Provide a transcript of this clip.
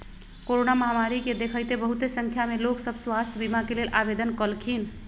corona महामारी के देखइते बहुते संख्या में लोग सभ स्वास्थ्य बीमा के लेल आवेदन कलखिन्ह